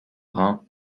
brin